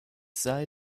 sei